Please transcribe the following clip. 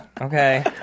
Okay